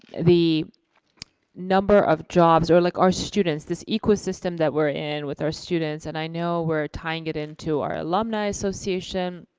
the number of jobs, or like our students, this ecosystem that we're in with our students. and i know we're tying it into our alumni association,